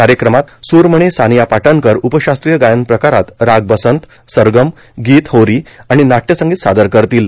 कार्यक्रमात सूरमणी सानिया पाटणकर उपशास्त्रीय गायन प्रकारात राग बसंत सरगम गीत होरी आणि नाट्यसंगीत सादर करतील